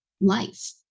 life